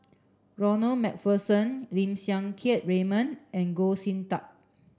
Ronald MacPherson Lim Siang Keat Raymond and Goh Sin Tub